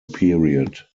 period